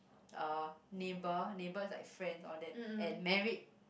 uh neighbour neighbour is like friend all that and married